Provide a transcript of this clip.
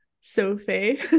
Sophie